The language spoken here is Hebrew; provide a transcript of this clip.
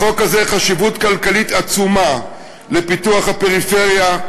לחוק זה יש חשיבות כלכלית עצומה לפיתוח הפריפריה,